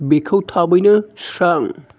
बेखौ थाबैनो सुस्रां